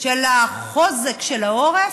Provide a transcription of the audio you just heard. של החוזק של העורף,